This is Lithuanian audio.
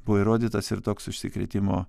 buvo įrodytas ir toks užsikrėtimo